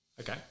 Okay